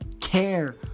care